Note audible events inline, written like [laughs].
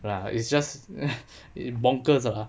ya it's just [laughs] bonkers lah